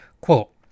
Quote